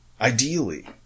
Ideally